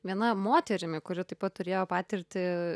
viena moterimi kuri taip pat turėjo patirtį